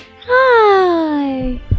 hi